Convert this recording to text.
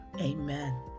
Amen